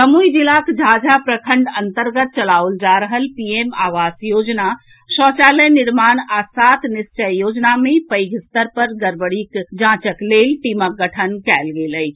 जमुई जिलाक झाझा प्रखंड अंतर्गत चलाओल जा रहल पीएम आवास योजना शौचालय निर्माण आ सात निश्चय योजना मे पैघ स्तर पर गड़बड़ीक जांचक लेल टीमक गठन कयल गेल अछि